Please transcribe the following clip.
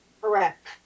Correct